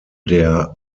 der